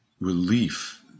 relief